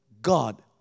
God